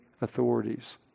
authorities